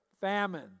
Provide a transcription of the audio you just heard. famine